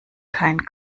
kein